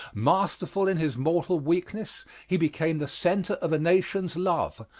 masterful in his mortal weakness, he became the centre of a nation's love,